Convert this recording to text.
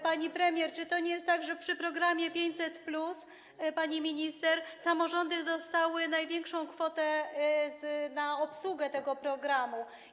Pani premier, czy to nie jest tak, że przy programie 500+, pani minister, samorządy dostały największą kwotę na obsługę tego programu?